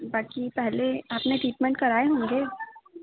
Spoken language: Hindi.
बाकी पहले आपने ट्रीटमेंट कराये होंगे